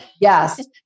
Yes